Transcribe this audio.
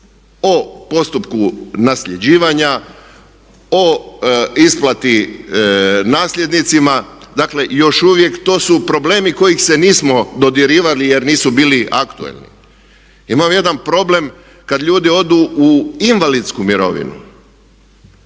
O postupku nasljeđivanja, o isplati nasljednicima, dakle i još uvijek to su problemi kojih se nismo dodirivali jer nisu bili aktualni. Imam jedan problem kada ljudi odu u invalidsku mirovinu